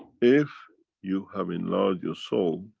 if you have enlarged your soul,